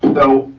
so,